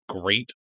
great